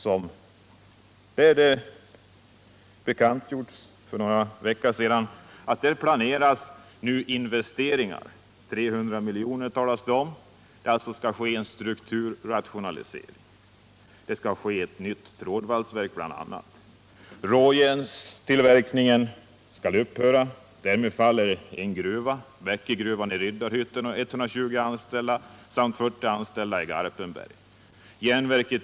Det har bekantgjorts för någon vecka sedan att där planeras investeringar - 300 milj.kr. talas det om. Det skall alltså ske en strukturrationalisering —- bl.a. skall det bli ett nytt trådvalsverk. Råjärnstillverkningen skall upphöra. Därmed faller en gruva — Bäckegruvan i Riddarhyttan — med 120 anställda samt arbetet för 40 anställda i Garpenberg.